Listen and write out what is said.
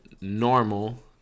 normal